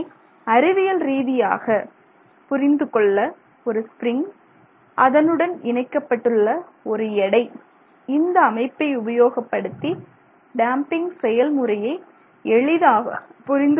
இதை அறிவியல் ரீதியாக புரிந்துகொள்ள ஒரு ஸ்பிரிங் அதனுடன் இணைக்கப்பட்டுள்ள ஒரு எடை இந்த அமைப்பை உபயோகப்படுத்தி டேம்பிங் செயல்முறையை எளிதாக புரிந்து கொள்ளலாம்